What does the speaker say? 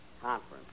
Conference